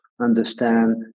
understand